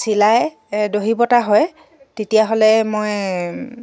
চিলাই দহি বতা হয় তেতিয়াহ'লে মই